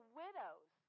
widows